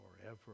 forever